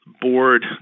board